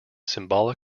symbolic